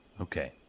Okay